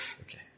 Okay